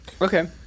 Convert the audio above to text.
Okay